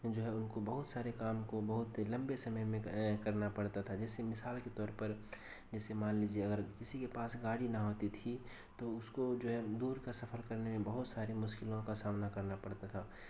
جو ہے ان کو بہت سارے کام کو بہت لمبے سمے میں کرنا پڑتا تھا جیسے مثال کے طور پر جیسے مان لیجیے اگر کسی کے پاس گاڑی نہ ہوتی تھی تو اس کو جو ہے دور کا سفر کرنے میں بہت ساری مشکلوں کا سامنا کرنا پڑتا تھا